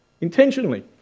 Intentionally